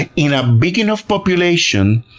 and in a big enough population,